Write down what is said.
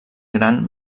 gran